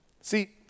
See